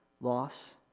loss